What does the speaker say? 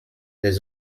des